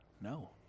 No